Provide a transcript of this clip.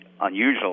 unusual